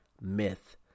myth